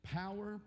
power